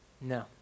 no